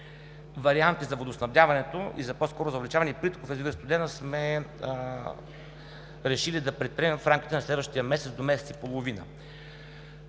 варианти за водоснабдяването и за увеличаване притока в язовир „Студена“ сме решили да предприемем в рамките на следващия месец до месец и половина.